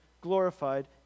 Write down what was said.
glorified